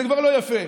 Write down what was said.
זה כבר לא יפה.